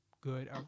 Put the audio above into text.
good